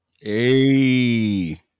Hey